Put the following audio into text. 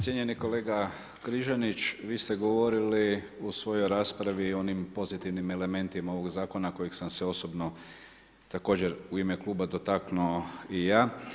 Cijenjeni kolega Križanić, vi ste govorili u svojoj raspravi i o onim pozitivnim elementima ovog zakona kojeg sam se osobno, također, u ime kluba dotaknuo i ja.